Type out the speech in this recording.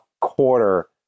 quarter